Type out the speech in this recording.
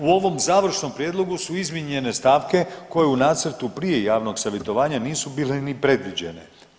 U ovom završnom prijedlogu su izmijenjene stavke koje u nacrtu prije javnog savjetovanja nisu bile ni predviđene.